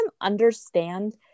understand